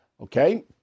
Okay